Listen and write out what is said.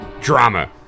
Drama